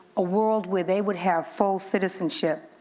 a world where they would have full citizenship.